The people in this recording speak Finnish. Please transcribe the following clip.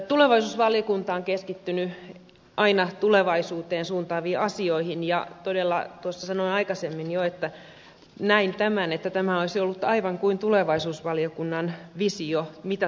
tulevaisuusvaliokunta on keskittynyt aina tulevaisuuteen suuntaaviin asioihin ja tuossa sanoin aikaisemmin jo että näin tämän että tämä olisi todella ollut aivan kuin tulevaisuusvaliokunnan visio siitä mitä tulevaisuus on